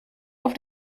auf